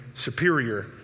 superior